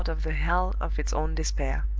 out of the hell of its own despair.